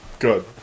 good